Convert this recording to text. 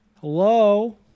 Hello